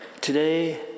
Today